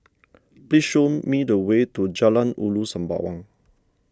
please show me the way to Jalan Ulu Sembawang